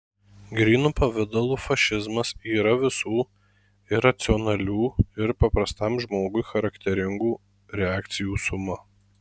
grynu pavidalu fašizmas yra visų iracionalių ir paprastam žmogui charakteringų reakcijų suma